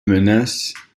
menace